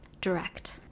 direct